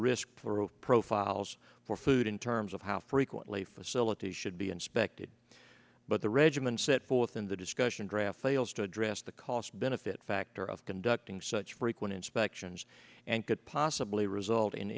risk profiles for food in terms of how frequently facilities should be in space but the regimen set forth in the discussion draft fails to address the cost benefit factor of conducting such frequent inspections and could possibly result in